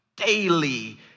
Daily